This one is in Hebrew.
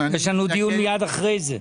יש לנו דיון אחרי זה.